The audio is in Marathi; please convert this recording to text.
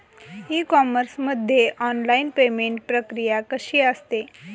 ई कॉमर्स मध्ये ऑनलाईन पेमेंट प्रक्रिया कशी असते?